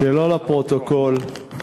שלא לפרוטוקול,